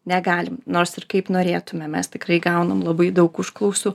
negalim nors ir kaip norėtumėm mes tikrai gaunam labai daug užklausų